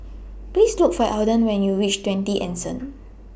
Please Look For Alden when YOU REACH twenty Anson